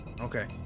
Okay